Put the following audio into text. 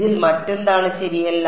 ഇതിൽ മറ്റെന്താണ് ശരിയല്ല